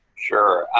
sure.